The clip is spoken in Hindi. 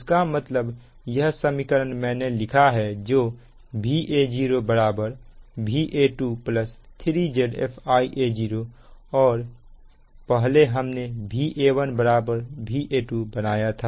इसका मतलब यह समीकरण मैंने लिखा है जो Va0 Va2 3 Zf Ia0 है और पहले हमने Va1 Va2 बनाया था